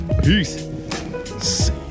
Peace